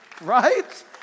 Right